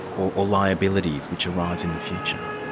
or liabilities which arise in the future?